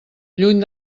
lluny